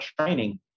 training